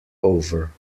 over